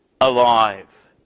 alive